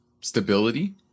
stability